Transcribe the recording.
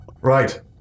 Right